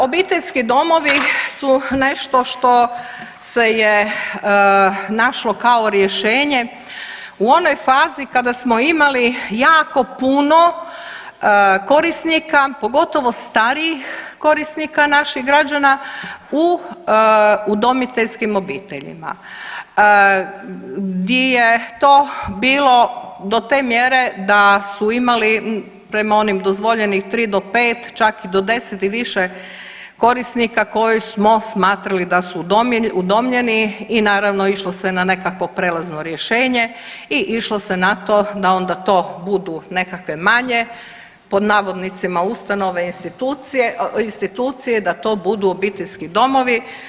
Obiteljski domovi su nešto što se je našlo kao rješenje u onoj fazi kada smo imali jako puno korisnika, pogotovo starijih korisnika naših građana u udomiteljskim obiteljima gdje je to bilo do te mjere da su imali prema onim dozvoljenih tri do pet čak i do 10 i više korisnika koje smo smatrali da su udomljeni i naravno išlo se na nekakvo prijelazno rješenje i išlo se na to da onda to budu nekakve manje pod navodnicima ustanove, institucije da to budu obiteljski domovi.